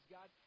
God